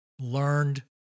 learned